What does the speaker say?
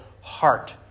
heart